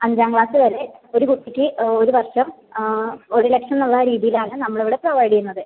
അഞ്ചാം ക്ലാസ്സ് വരെ ഒരു കുട്ടിക്ക് ഒര് വർഷം ഒര് ലക്ഷന്ന് ഉള്ള രീതിയിൽ ആണ് നമ്മൾ ഇവിടെ പ്രൊവൈഡ് ചെയ്യുന്നത്